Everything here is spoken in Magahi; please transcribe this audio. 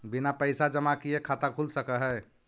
बिना पैसा जमा किए खाता खुल सक है?